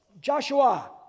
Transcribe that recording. Joshua